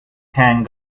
tank